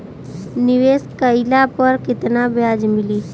निवेश काइला पर कितना ब्याज मिली?